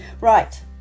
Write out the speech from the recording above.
right